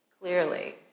clearly